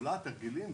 שיתופי פעולה, תרגילים.